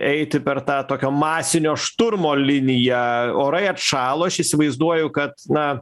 eiti per tą tokio masinio šturmo liniją orai atšalo aš įsivaizduoju kad na